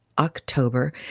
October